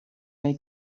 nei